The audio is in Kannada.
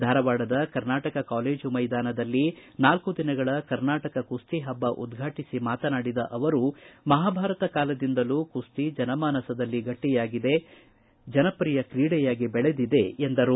ಧಾರವಾಡದ ಕರ್ನಾಟಕ ಕಾಲೇಜು ಮೈದಾನದಲ್ಲಿ ನಾಲ್ಕು ದಿನಗಳ ಕರ್ನಾಟಕ ಕುಸ್ತಿಹಬ್ಬ ಉದ್ಘಾಟಿಸಿ ಮಾತನಾಡಿದ ಅವರು ಮಹಾಭಾರತ ಕಾಲದಿಂದಲೂ ಕುಸ್ತಿ ಜನಮಾನಸದಲ್ಲಿ ಗಟ್ಟಿಯಾಗಿ ಬೇರೂರಿರುವ ಜನಪ್ರಿಯ ಕ್ರೀಡೆಯಾಗಿದೆ ಎಂದರು